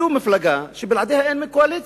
זו מפלגה שבלעדיה אין קואליציה,